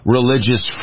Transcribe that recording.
Religious